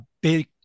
big